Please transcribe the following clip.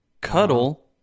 cuddle